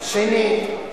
שנית,